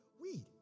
weed